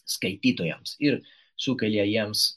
skaitytojams ir sukelia jiems